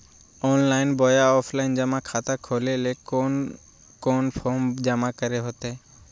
Online बोया offline जमा खाता खोले ले कोन कोन फॉर्म जमा करे होते?